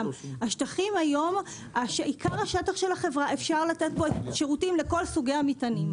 שוב אפשר לתת בעיקר השטח של החברה את השירותים לכל סוגי המטענים.